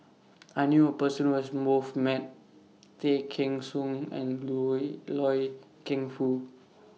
I knew A Person Who has Both Met Tay Kheng Soon and Loy Keng Foo